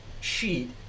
sheet